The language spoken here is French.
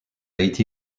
été